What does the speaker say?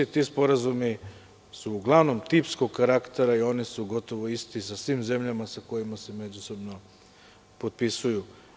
Ti sporazumi su uglavnom tipskog karaktera i oni su gotovo isti sa svim zemljama sa kojima se međusobno potpisuju.